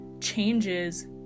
changes